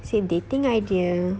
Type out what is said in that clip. it's a dating idea